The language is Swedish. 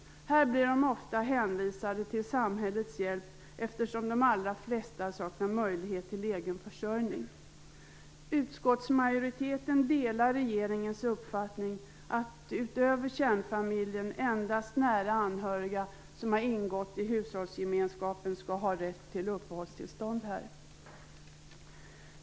Här blir de ofta hänvisade till samhällets hjälp eftersom de allra flesta saknar möjlighet till egen försörjning. Utskottsmajoriteten delar regeringens uppfattning att utöver kärnfamiljen endast nära anhöriga som har ingått i hushållsgemenskapen skall ha rätt till uppehållstillstånd här.